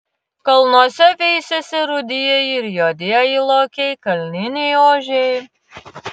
kalnuose veisiasi rudieji ir juodieji lokiai kalniniai ožiai